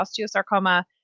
osteosarcoma